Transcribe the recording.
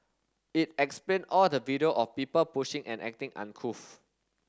it explain all the video of people pushing and acting uncouth